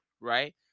Right